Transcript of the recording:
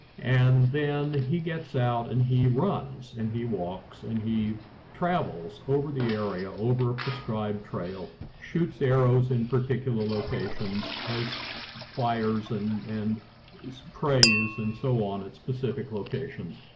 and then he gets out and he runs and he walks and he travels over the area over ah prescribed trail. shoots arrows in particular locations. has fires and and is praised and so on at specific locations.